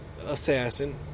assassin